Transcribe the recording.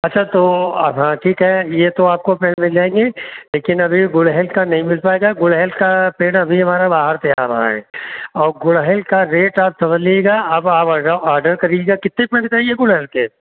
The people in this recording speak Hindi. अच्छा तो हाँ ठीक है ये तो आपको पेड़ मिल जाएंगे लेकिन अभी गुड़हल का नहीं मिल पाएगा गुड़हल का पेड़ अभी हमारा बाहर से आ रहा है और गुड़हल का रेट आप समझ लीजिएगा आप अगर ऑर्डर करियेगा कितने पेड़ चाहिए गुड़हल के